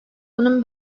bunun